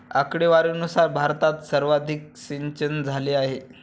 आकडेवारीनुसार भारतात सर्वाधिक सिंचनझाले आहे